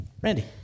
Randy